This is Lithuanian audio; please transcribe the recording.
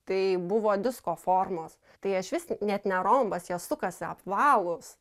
tai buvo disko formos tai išvis net ne rombas jie sukasi apvalūs